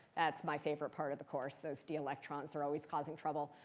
that's my favorite part of the course. those d electrons are always causing trouble.